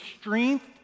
strength